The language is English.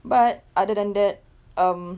but other than that um